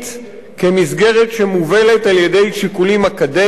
כמסגרת שמובלת על-ידי שיקולים אקדמיים,